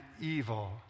evil